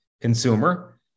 consumer